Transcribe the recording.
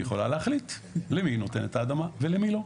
היא יכולה להחליט למי היא נותנת את האדמה ולמי לא,